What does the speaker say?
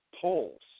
polls